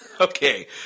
Okay